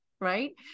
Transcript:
right